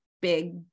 big